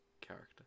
character